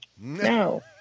No